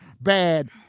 Bad